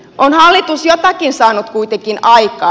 on hallitus jotakin saanut kuitenkin aikaan